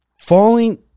falling